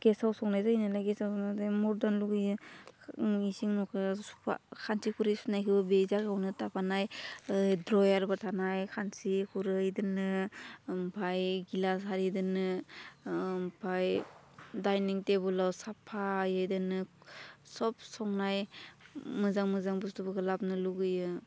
गेसाव संनाय जायोनालाय गेसाव संबाथाय मदार्न लुबैयो इसिं नखौ सुवा खान्सि खुरै सुनायखौबो बे जायगायावनो थाफानाय द्रयारबो थानाय खान्सि खुरै दोननो ओमफाय गिलास हारि दोननो ओमफाय दायनिं टेबोलाव साफायै दोननो सब संनाय मोजां मोजां बस्थुफोरखौ लाबोनो लुगैयो